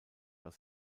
aus